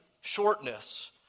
shortness